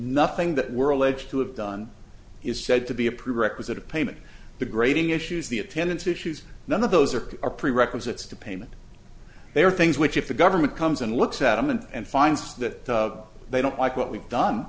nothing that were alleged to have done is said to be a prerequisite of payment the grading issues the attendance issues none of those are a prerequisites to payment there are things which if the government comes and looks adamant and finds that they don't like what we've done